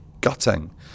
gutting